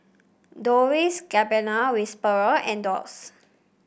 Dolce Gabbana Whisper and Doux